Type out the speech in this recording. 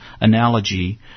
analogy